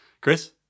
Chris